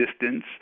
distance